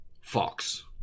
Fox